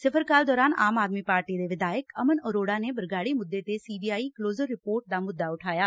ਸਿਫ਼ਰ ਕਾਲ ਦੋਰਾਨ ਆਮ ਆਦਮੀ ਪਾਰਟੀ ਦੇ ਵਿਧਾਇਕ ਅਮਨ ਅਰੋੜਾ ਨੇ ਬਰਗਾੜੀ ਮੁੱਦੇ ਤੇ C B I closure report ਦਾ ਮੁੱਦਾ ਉਠਾਇਆ